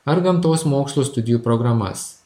ar gamtos mokslų studijų programas